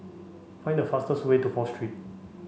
find the fastest way to Fourth Street